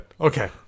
Okay